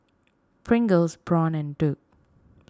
Pringles Braun and Doux